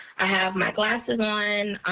i have my glasses on,